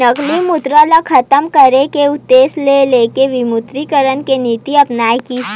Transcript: नकली मुद्रा ल खतम करे के उद्देश्य ल लेके विमुद्रीकरन के नीति अपनाए गिस